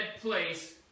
place